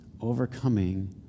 overcoming